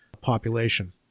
population